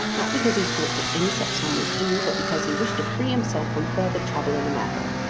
not because he thought that any such sum was due, but because he wished to free himself from further trouble in the matter.